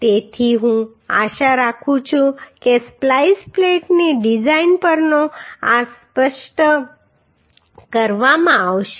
તેથી હું આશા રાખું છું કે સ્પ્લાઈસ પ્લેટોની ડિઝાઇન પર આ સ્પષ્ટ કરવામાં આવશે